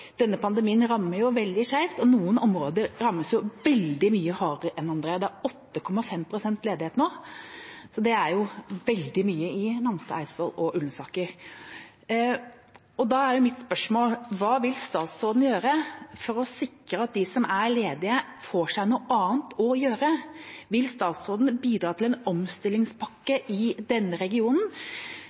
denne pandemien rammer veldig skeivt, og noen områder rammes veldig mye hardere enn andre. Det er 8,5 pst. ledighet i Nannestad, Eidsvoll og Ullensaker nå, så det er veldig mye. Da er mitt spørsmål: Hva vil statsråden gjøre for å sikre at de som er ledige, får seg noe annet å gjøre? Vil statsråden bidra til en omstillingspakke i denne regionen,